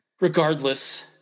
regardless